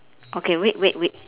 okay wait wait wait